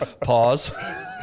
Pause